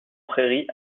prairies